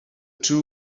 two